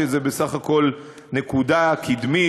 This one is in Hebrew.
שזה בסך הכול נקודה קדמית,